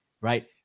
right